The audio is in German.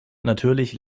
natürlich